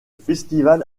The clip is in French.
festival